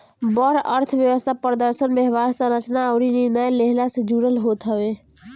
बड़ अर्थव्यवस्था प्रदर्शन, व्यवहार, संरचना अउरी निर्णय लेहला से जुड़ल होत हवे